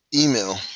email